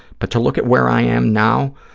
but to look at where i am now,